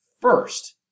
first